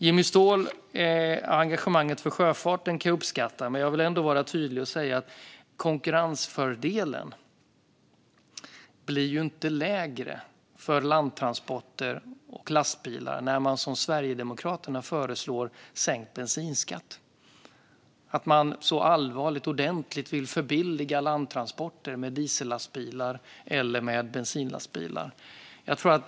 Jimmy Ståhls engagemang för sjöfarten uppskattar jag, men jag vill ändå vara tydlig och säga att konkurrensfördelen inte blir lägre för landtransporter och lastbilar när Sverigedemokraterna föreslår sänkt bensinskatt. Man vill på allvar förbilliga landtransporter med diesellastbilar eller med bensinlastbilar.